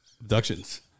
Abductions